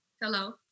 Hello